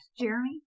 Jeremy